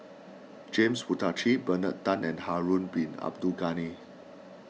James Puthucheary Bernard Tan and Harun Bin Abdul Ghani